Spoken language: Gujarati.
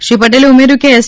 શ્રી પટેલે ઉમેર્યું કે એસ